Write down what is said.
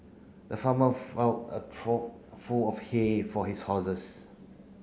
the farmer a trough full of hay for his horses